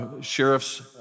Sheriff's